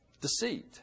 deceit